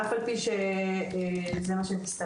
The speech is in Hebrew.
אף על פי שזה מה שמסתמן.